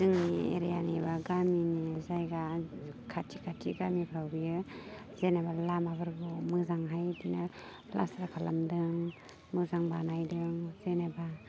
जोंनि एरियानि बा गामिनि जायगा खाथि खाथि गामिफ्राव बेयो जेनेबा लामाफोरखौ मोजांहाय बिदिनो प्लास्टार खालामदों मोजां बानायदों जेनेबा